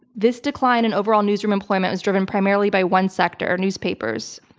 this decline in overall newsroom employment was driven primarily by one sector newspapers.